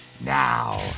Now